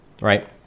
right